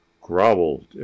growled